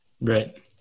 Right